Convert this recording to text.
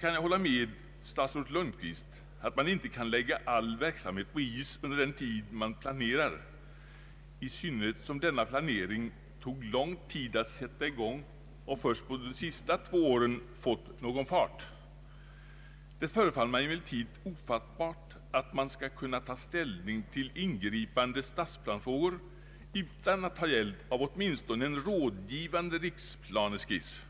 kan jag hålla med statsrådet Lundkvist om att man inte kan lägga all verksamhet på is under den tid man planerar, i synnerhet som denna plane ring tog lång tid att sätta i gång och först på de senaste två åren fått någon fart. Det förefaller mig emellertid ofattbart hur man skall kunna ta ställning till ingripande statsplanefrågor utan att ha hjälp av åtminstone en rådgivande riksplaneskiss.